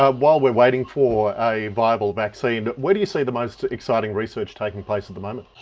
um while we're waiting for a viable vaccine, where do you see the most exciting research taking place at the moment?